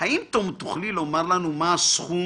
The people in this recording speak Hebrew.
האם תוכלי לומר מה הסכום